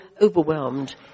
overwhelmed